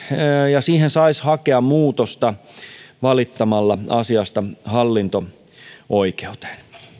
ja siihen saisi hakea muutosta valittamalla asiasta hallinto oikeuteen